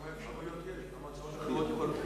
כמה אפשרויות יש?